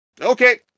Okay